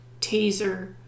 taser